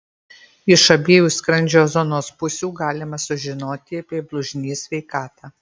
iš abiejų skrandžio zonos pusių galima sužinoti apie blužnies sveikatą